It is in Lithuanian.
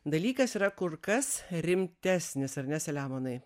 dalykas yra kur kas rimtesnis ar ne saliamonai